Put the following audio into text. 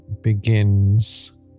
begins